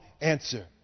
answer